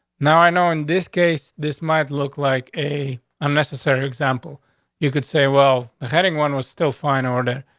now, i know in this case, this might look like a unnecessary example you could say, well, the heading one was still fine order.